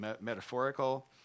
metaphorical